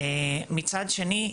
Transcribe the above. מצד שני,